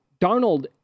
Darnold